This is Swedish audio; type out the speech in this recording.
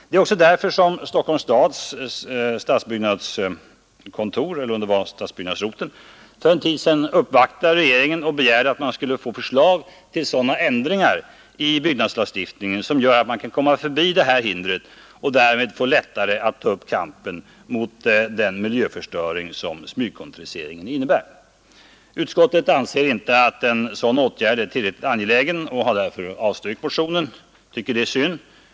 Det är också därför som Stockholms stad för en tid sedan uppvaktade regeringen och begärde att man skulle få förslag till sådana ändringar i byggnadslagstiftningen som gör att man kan komma förbi dessa hinder och därmed få lättare att ta upp kampen mot den miljöförstöring som smygkontoriseringen innebär. Utskottet anser inte att en sådan åtgärd är tillräckligt angelägen och har därför avstyrkt motionen, vilket är synd.